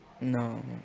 no